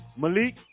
Malik